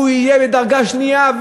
יהיה בדרגה שנייה.